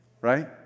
right